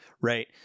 Right